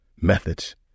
methods